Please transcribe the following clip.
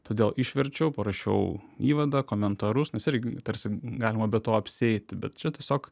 todėl išverčiau parašiau įvadą komentarus nes irgi tarsi galima be to apsieiti bet čia tiesiog